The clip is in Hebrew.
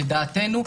לדעתנו,